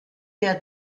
der